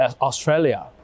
Australia